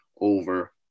over